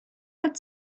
had